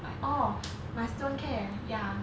my oh my student care ya